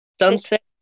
Sunset